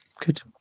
Good